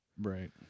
Right